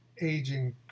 aging